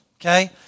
okay